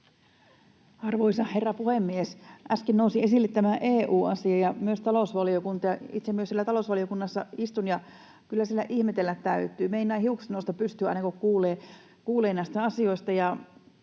Arvoisa herra puhemies! Äsken nousi esille tämä EU-asia ja myös talousvaliokunta, ja itse myös siellä talousvaliokunnassa istun, ja kyllä siellä ihmetellä täytyy. Meinaa hiukset nousta pystyyn aina, kun kuulee näistä asioista.